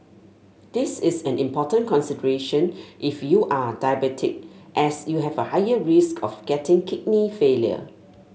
this is an important consideration if you are diabetic as you have a higher risk of getting kidney failure